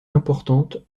importante